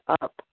up